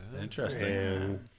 Interesting